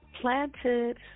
planted